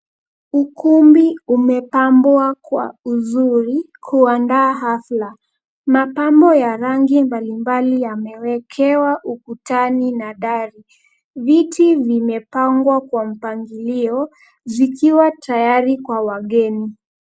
Ukumbi umepambwa kwa uzuri kuandaa hafla. Mapambo ya rangi mbalimbali yamewekewa ukutani na dari. Viti vimepangwa kwa mpangilio zikiwa tayari kwa wageni.